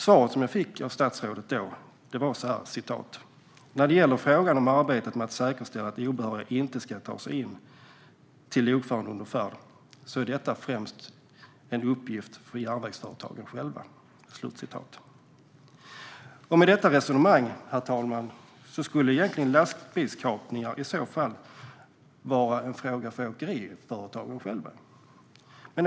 Svaret jag fick av statsrådet då var: "När det gäller frågan om arbete med att säkerställa att obehöriga inte ska kunna ta sig in till lokföraren under färd, så är detta främst en uppgift för järnvägsföretagen själva." Med detta resonemang, herr talman, skulle ju lastbilskapningar i så fall vara en fråga för åkeriföretagen själva.